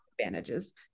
advantages